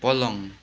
पलङ